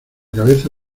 cabeza